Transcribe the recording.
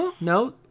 no